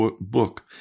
book